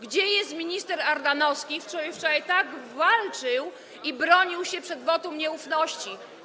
Gdzie jest minister Ardanowski, który wczoraj tak walczył i bronił się przed wotum nieufności?